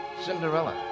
Cinderella